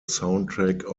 soundtrack